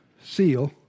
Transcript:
seal